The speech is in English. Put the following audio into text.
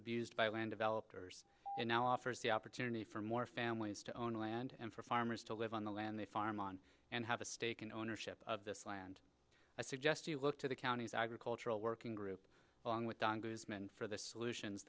abused by land developers and now offers the opportunity for more families to own land and for farmers to live on the land they farm on and have a stake in ownership of this land i suggest you look to the county's agricultural working group for the solutions